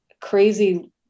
crazy